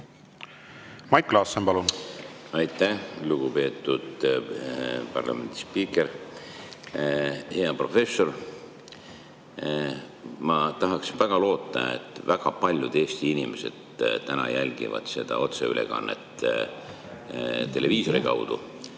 Mait Klaassen, palun! Aitäh, lugupeetud parlamendi spiiker! Hea professor! Ma tahaks väga loota, et väga paljud Eesti inimesed jälgivad seda otseülekannet televiisori kaudu,